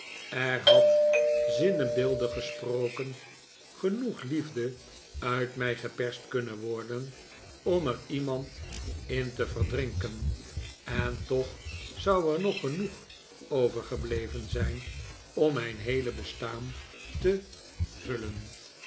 er had zinnebeeldig gesproken genoeg liefde uit mij geperst kunnen worden om er iemand in te verdrinken en toch zou er nog genoeg overgebleven zijn om mijn heele bestaan te vullen